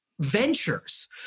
ventures